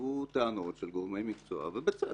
היו טענות של גורמי מקצוע ובצדק,